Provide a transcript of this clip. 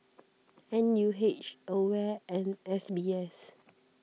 N U H Aware and S B S